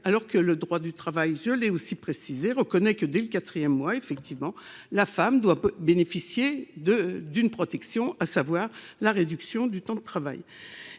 alors que le droit du travail reconnaît que, dès le quatrième mois de grossesse, la femme doit bénéficier d'une protection, à savoir la réduction du temps de travail.